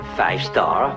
five-star